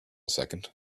second